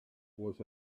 was